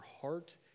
heart